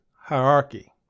hierarchy